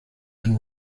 and